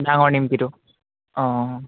ডাঙৰ নিমকিতো অঁ